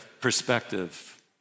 perspective